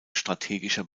strategischer